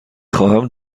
خواهم